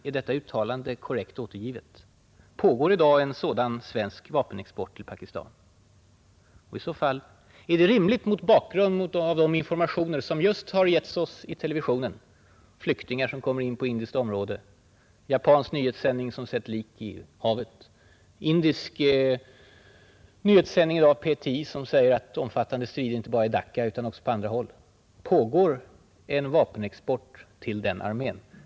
Är detta uttalande korrekt återgivet? Pågår i dag en sådan svensk vapenexport till Pakistan? Och i så fall: Är det rimligt mot bakgrunden av de informationer som just har getts oss i radio och TV — flyktingar som kommer in på indiskt område, en japansk nyhetssändning om att man har sett lik i havet, en indisk nyhetssändning i dag från PTI som säger att det är omfattande strider inte bara i Dacca utan också på andra håll? Pågår en vapenexport till den pakistanska armén?